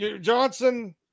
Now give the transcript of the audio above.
Johnson